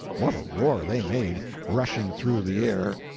what a roar they made, rushing through the air!